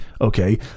okay